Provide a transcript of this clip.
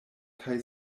kaj